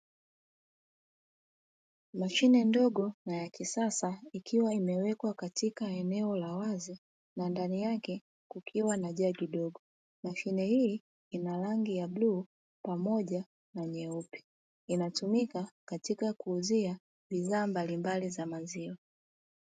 Mashine ndogo na ya kisasa ikiwa imewekwa katika eneo la wazi na ndani yake kukiwa na jagi dogo, mashine hii ina rangi ya bluu pamoja na nyeupe inatumika katika kuuzia bidhaa mbalimbali za maziwa.